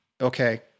okay